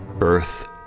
earth